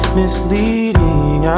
misleading